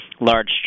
large